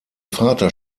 vater